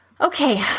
okay